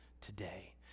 today